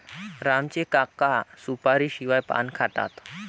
राम चे काका सुपारीशिवाय पान खातात